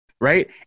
right